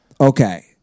Okay